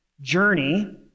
journey